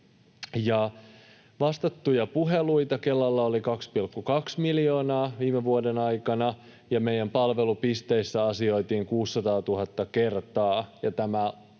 Vastattuja puheluita Kelalla oli 2,2 miljoonaa viime vuoden aikana. Meidän palvelupisteissä asioitiin 600 000 kertaa,